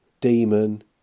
demon